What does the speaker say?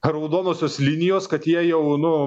raudonosios linijos kad jie jau nu